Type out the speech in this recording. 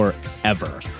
forever